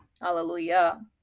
hallelujah